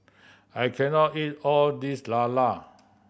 I can not eat all this lala